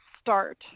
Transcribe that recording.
start